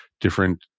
different